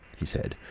he said.